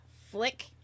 flick